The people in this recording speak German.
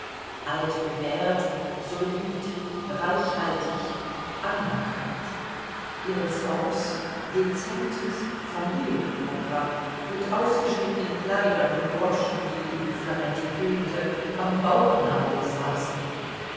altbewährt solid reichhaltig anerkannt ihre force dezentes familienprogramm mit ausgeschnittenen kleidern und broschen die wie flametti höhnte am bauchnabel saßen